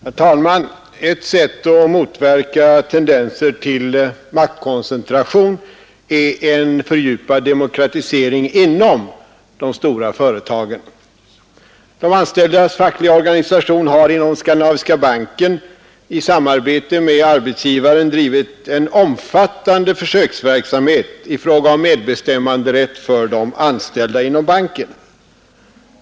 Herr talman! Ett sätt att motverka tendenser till maktkoncentration är en fördjupad demokratisering inom de stora företagen. De anställdas fackliga organisation har inom Skandinaviska banken i samarbete med arbetsgivaren drivit en omfattande försöksverksamhet i fråga om medbestämmanderätt för de anställda inom banken.